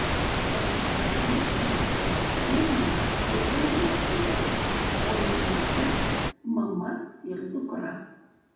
ekipaže esame šturmanas ir vairuotojas o namuose mama ir dukra